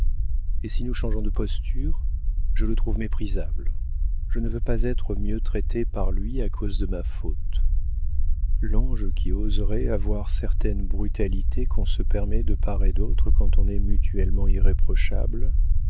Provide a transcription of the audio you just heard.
et si nous changeons de posture je le trouve méprisable je ne veux pas être mieux traitée par lui à cause de ma faute l'ange qui oserait avoir certaines brutalités qu'on se permet de part et d'autre quand on est mutuellement irréprochables